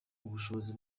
ubushobozi